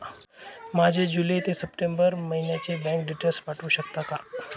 माझे जुलै ते सप्टेंबर महिन्याचे बँक डिटेल्स पाठवू शकता का?